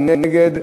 מי נגד?